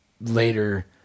later